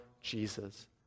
Jesus